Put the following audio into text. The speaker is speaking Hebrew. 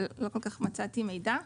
אבל לא כל כך מצאתי מידע.